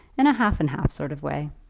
in a half-and-half sort of way.